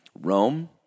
Rome